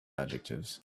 adjectives